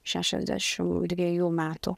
šešiasdešimt dviejų metų